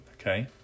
Okay